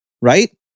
right